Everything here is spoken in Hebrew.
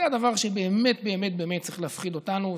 זה באמת באמת הדבר שצריך להפחיד אותנו.